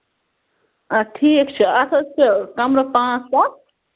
اَدٕ ٹھیٖک چھُ اَتھ حظ چھُ کَمرٕ پانٛژھ سَتھ